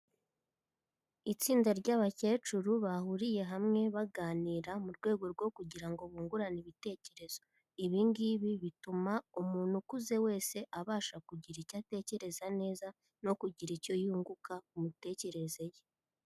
Itsinda ry'abakecuru bahuriye hamwe baganira mu rwego rwo kugira ngo bungurane ibitekerezo. Ibi ngibi bituma umuntu ukuze wese abasha kugira icyo atekereza neza no kugira icyo yunguka ku mitekerereze ye.